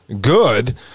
good